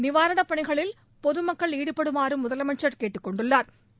நிவாரணப் பணிகளில் பொதுமக்கள் ஈடுபடுமாறும் முதலமைச்சா் கேட்டுக்கொண்டுள்ளாா்